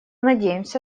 надеемся